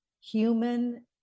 human